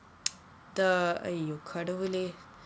the !aiyo! கடவுளே:kadavule